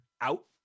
out